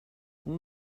اون